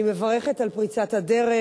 אני מברכת על פריצת הדרך.